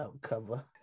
cover